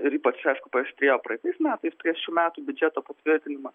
ir ypač aišku paaštrėjo praeitais metais prieš šių metų biudžeto patvirtinimą